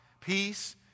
peace